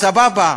סבבה.